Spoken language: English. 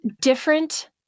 different